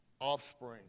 offspring